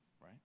right